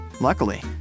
Luckily